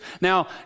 Now